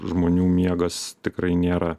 žmonių miegas tikrai nėra